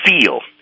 feel